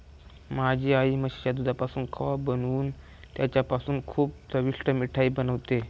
माझी आई म्हशीच्या दुधापासून खवा बनवून त्याच्यापासून खूप चविष्ट मिठाई बनवते